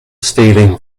stealing